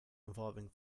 involving